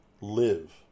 live